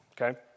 okay